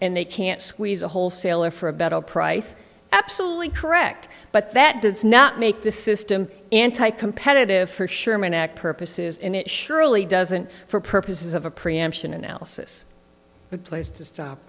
and they can't squeeze a wholesaler for a better price absolutely correct but that does not make the system anti competitive for sherman act purposes and it surely doesn't for purposes of a preemption analysis the place to stop